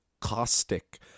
caustic